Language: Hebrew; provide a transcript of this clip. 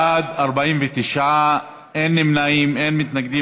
בעד, 49, אין נמנעים, אין מתנגדים.